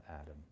Adam